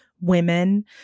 women